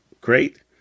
Great